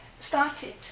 started